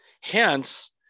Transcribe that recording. Hence